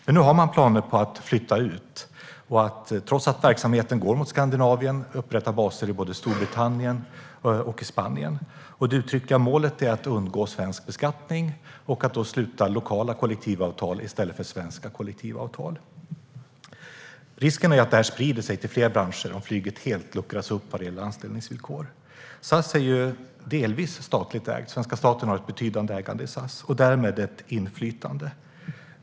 Men nu har man planer på att flytta ut och att, trots att verksamheten går mot Skandinavien, upprätta baser i både Storbritannien och Spanien. Det uttryckliga målet är att undgå svensk beskattning och att då sluta lokala kollektivavtal i stället för svenska kollektivavtal. Risken är att detta sprider sig till fler branscher om flyget helt luckras upp när det gäller anställningsvillkor. SAS är delvis statligt ägt. Svenska staten har ett betydande ägande i SAS och därmed ett inflytande.